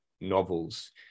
novels